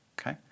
Okay